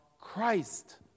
Christ